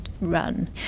run